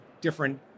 different